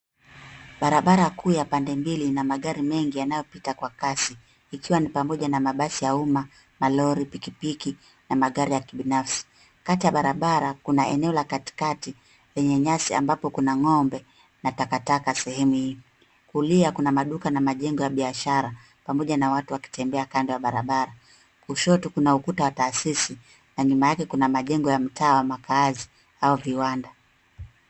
Barabara kuu ya pande mbili ina magari mengi yanayopita kwa kasi ikiwa ni pamoja na mabasi ya umma, malori, pikipiki na magari ya kibinafsi. Kati ya barabara kuna eneo la katikati lenye nyasi ambapo kuna ng'ombe na takataka sehemu hii. Kulia kuna maduka na majengo ya biashara pamoja na watu wakitembea kando ya barabara. Kushoto kuna ukuta wa taasisi na nyuma yake kuna majengo ya mtaa wa makazi au viwanda.